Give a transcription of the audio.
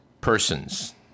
persons